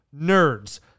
NERDS